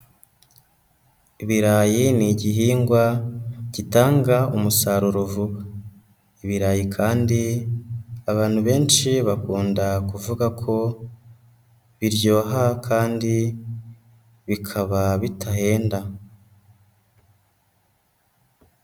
Ibirayi ni igihingwa gitanga umusaruro vuba. Ibirayi kandi abantu benshi bakunda kuvuga ko biryoha kandi bikaba bidahenda.